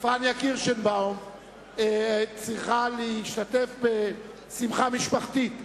פניה קירשנבאום צריכה להשתתף בשמחה משפחתית,